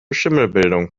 schimmelbildung